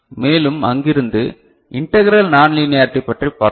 மேலும் அங்கிருந்து integral non linearity பற்றிப் பார்ப்போம்